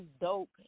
dope